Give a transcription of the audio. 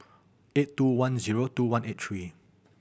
eight two one zero two one eight three